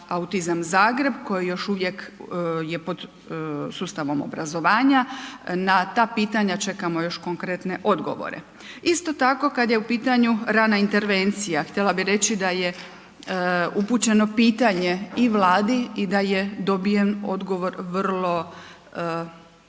autizam Zagreb koji još uvijek je pod sustavom obrazovanja, na ta pitanja čekamo još konkretne odgovore. Isto tako kad je u pitanju rana intervencija, htjela bi reći da je upućeno pitanje i Vladi i da je dobiven odgovor vrlo